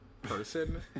person